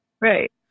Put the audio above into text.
right